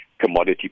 commodity